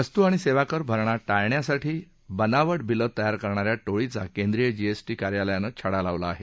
वस्तू आणि सेवाकर भरणा टाळण्यासाठी बनावट बिलं तयार करणा या टोळीचा केंद्रीय जीएसटी कार्यालयानं छडा लावला आहे